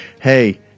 hey